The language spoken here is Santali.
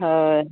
ᱦᱳᱭ